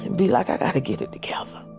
be like i've got to get it together.